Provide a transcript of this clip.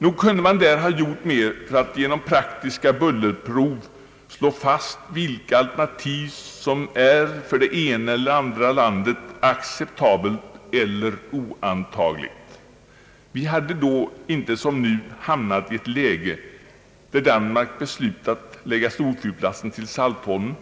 Nog kunde man där gjort mer för att genom praktiska bullerprov slå fast vilka alternativ som för det ena eller andra landet är acceptabla eller oantagliga. Vi hade inte då som nu hamnat i ett läge där Danmark beslutat lägga storflygplatsen till Saltholm,